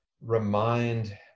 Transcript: remind